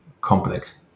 complex